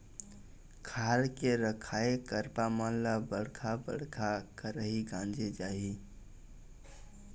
खार के रखाए करपा मन ल बड़का बड़का खरही गांजे जाही